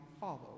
follow